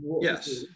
Yes